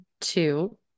two